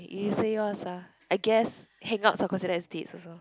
you say yours lah I guess hang outs are considered as dates also